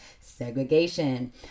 segregation